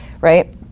right